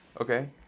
okay